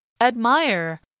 Admire